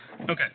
Okay